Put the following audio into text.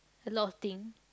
a lot of thing